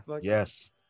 yes